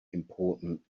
important